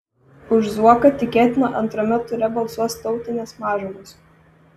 už zuoką tikėtina antrame ture balsuos tautinės mažumos